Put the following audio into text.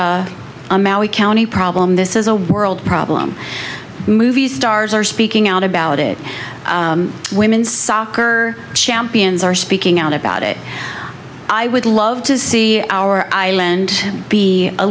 a maui county problem this is a world problem movie stars are speaking out about it women's soccer champions are speaking out about it i would love to see our island